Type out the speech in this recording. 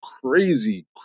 crazy